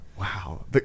Wow